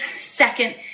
second